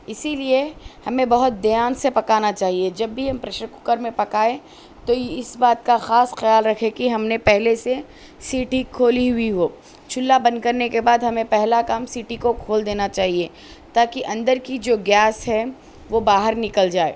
اسی لیے ہمیں بہت دھیان سے پکانا چاہیے جب بھی ہم پریشر کوکر میں پکائے تو اس بات کا خاص خیال رکھے کہ ہم نے پہلے سے سیٹی کھولی ہوئی ہو چولہا بند کرنے کے بعد ہمیں پہلا کام سیٹی کو کھول دینا چاہیے تا کہ اندر کی جو گیس ہے وہ باہر نکل جائے